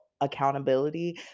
accountability